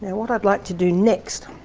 what i'd like to do next,